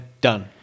done